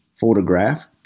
photograph